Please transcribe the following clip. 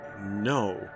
no